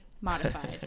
modified